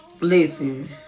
listen